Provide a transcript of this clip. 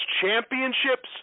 championships